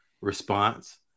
response